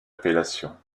appellation